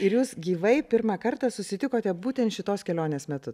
ir jūs gyvai pirmą kartą susitikote būtent šitos kelionės metu